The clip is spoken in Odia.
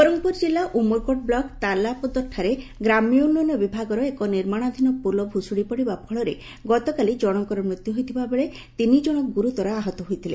ନବରଙ୍ଗପୁର ଜିଲ୍ଲା ଉମରକୋଟ ବ୍ଲକ ତାଲାପଦରଠାରେ ଗ୍ରାମ୍ୟ ଉନ୍ନୟନ ବିଭାଗର ଏକ ନିର୍ମାଶାଧୀନ ପୋଲ ଭୁଶୁଡ଼ି ପଡ଼ିବା ଫଳରେ ଗତକାଲି ଜଶଙ୍ର ମୃତ୍ୟୁ ହୋଇଥିବାବେଳେ ତିନିକଣ ଗୁରୁତର ଆହତ ହୋଇଥିଲେ